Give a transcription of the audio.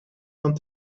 van